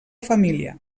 família